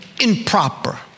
improper